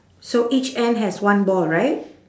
so each end has one ball right